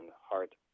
heart